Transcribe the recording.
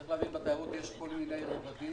צריך להבין שבתיירות יש כל מיני רבדים,